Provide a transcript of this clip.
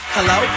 Hello